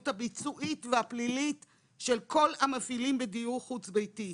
הביצועית והפלילית של כל המפעילים בדיור חוץ ביתי.